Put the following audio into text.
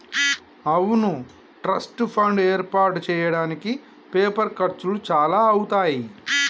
అవును trust fund ఏర్పాటు చేయడానికి పేపర్ ఖర్చులు చాలా అవుతాయి